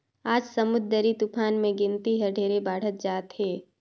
आज समुददरी तुफान के गिनती हर ढेरे बाढ़त जात हे